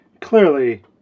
clearly